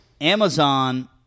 Amazon